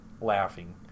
laughing